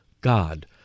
God